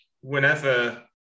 whenever